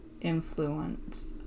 influence